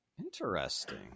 Interesting